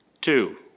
Two